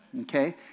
Okay